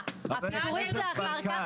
הפיטורים זה אחר כך,